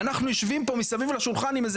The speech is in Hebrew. ואנחנו יושבים פה מסביב לשולחן עם איזה